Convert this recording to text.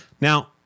Now